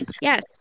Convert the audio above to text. yes